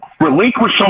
relinquish